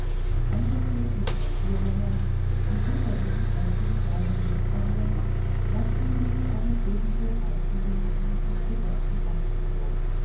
angefüllt mit spaziergängern die unter diesen prächtigen bäumen lustwandeln machten sie einen ebenso reizenden als imposanten eindruck